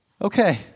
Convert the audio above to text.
Okay